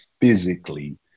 physically